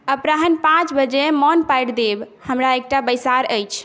अपराह्न पाँच बजे मोन पाड़ि देब हमरा एकटा बैसार अछि